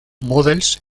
models